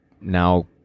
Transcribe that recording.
now